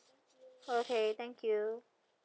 okay thank you